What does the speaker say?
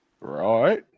Right